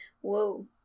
Whoa